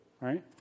right